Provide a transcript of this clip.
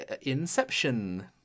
Inception